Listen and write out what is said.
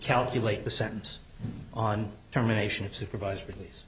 calculate the sentence on terminations of supervised release